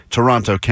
Toronto